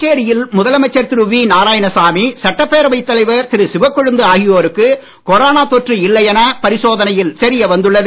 புதுச்சேரியில் முதலமைச்சர் திரு வி நாராயணசாமி சட்டப்பேரவை தலைவர் திரு சிவக்கொழுந்து ஆகியோருக்கு கொரோனா தொற்று இல்லை என பரிசோதனையில் தெரியவந்துள்ளது